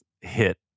hit